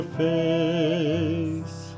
face